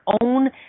own